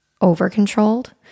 over-controlled